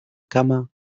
cama